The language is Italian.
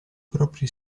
propri